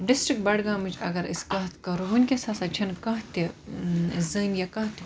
district بَڈگامِچ اَگَر أسۍ کتھ کَرو وُنکیٚس ہَسا چھَنہِ کانٛہہ تہِ زٔنۍ یا کانٛہہ تہِ کوٗر